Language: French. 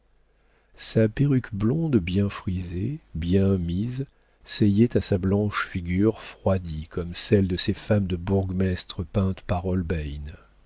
sa perruque blonde bien frisée bien mise seyait à sa blanche figure froidie comme celle de ces femmes de bourgmestre peintes par